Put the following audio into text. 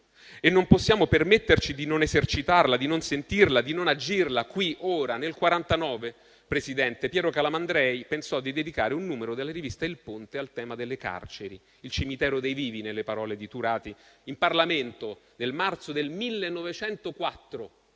e non possiamo permetterci di non esercitarla, di non sentirla, di non agirla, qui, ora. Nel 1949, Presidente, Piero Calamandrei pensò di dedicare un numero della rivista «Il Ponte» al tema delle carceri, il «cimitero dei vivi» nelle parole di Turati in Parlamento, nel marzo 1904.